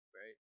right